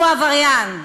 הוא עבריין.